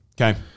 Okay